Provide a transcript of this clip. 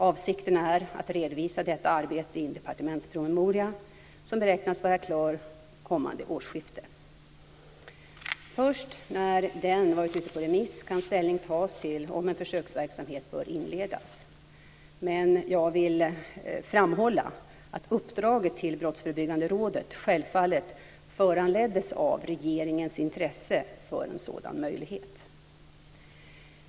Avsikten är att redovisa detta arbete i en departementspromemoria, som beräknas vara klar kommande årsskifte. Först när den har varit ute på remiss kan ställning tas till om en försöksverksamhet bör inledas. Men jag vill framhålla att uppdraget till Brottsförebyggande rådet självfallet föranleddes av regeringens intresse för en sådan möjlighet.